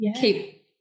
keep